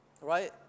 Right